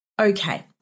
Okay